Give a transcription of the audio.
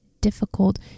difficult